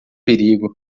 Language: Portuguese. perigo